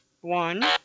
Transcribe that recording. One